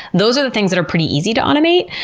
those are the things that are pretty easy to automate.